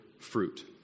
fruit